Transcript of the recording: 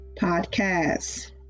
Podcasts